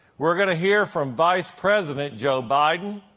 we're gonna hear from vice president joe biden,